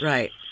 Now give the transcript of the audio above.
Right